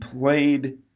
played